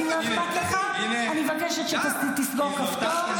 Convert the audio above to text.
אם לא אכפת לך, אני מבקשת שתסגור כפתור.